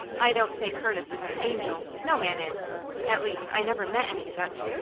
i don't say curtis is an angel. no man is at least, i never met any such.